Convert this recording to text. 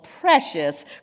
precious